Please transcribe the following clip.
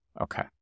okay